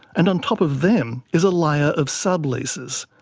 and on top of them is a layer of subleases.